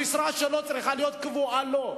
המשרה שלו צריכה להיות קבועה לו.